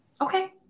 okay